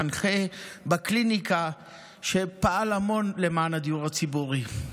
מנחה בקליניקה שפעל המון למען הדיור הציבורי.